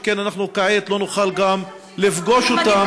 שכן אנחנו כעת לא נוכל לפגוש אותם,